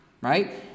right